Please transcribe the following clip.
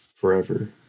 forever